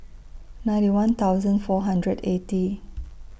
ninety one thousand four hundred eighty